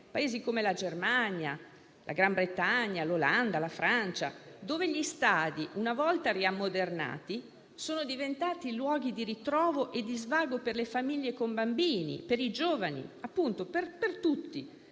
come la Germania, la Gran Bretagna, l'Olanda e la Francia; Paesi nei quali gli stadi, una volta riammodernati, sono diventati luoghi di ritrovo e svago per le famiglie con bambini e per i giovani - appunto per tutti